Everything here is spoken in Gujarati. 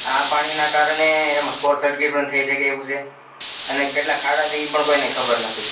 આ પાણીનાં કારણે એમાં સોટ સર્કિટ પણ થઈ શકે એવું છે અને કેટલા ખાડા છે એ પણ કોઈને ખબર નથી